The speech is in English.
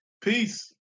Peace